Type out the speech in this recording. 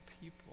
people